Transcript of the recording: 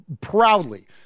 proudly